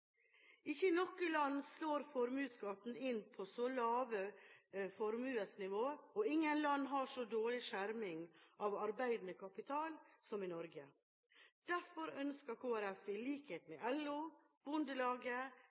Ikke i noe land slår formuesskatten inn på så lave formuesnivå, og ingen land har så dårlig skjerming av arbeidende kapital som Norge. Derfor ønsker Kristelig Folkeparti, i likhet med LO, Bondelaget,